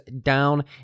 down